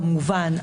כמובן,